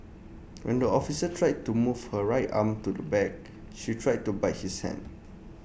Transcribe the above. when the officer tried to move her right arm to the back she tried to bite his hand